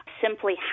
Simply